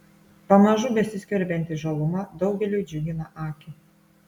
pamažu besiskverbianti žaluma daugeliui džiugina akį